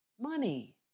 money